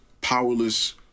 powerless